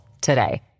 today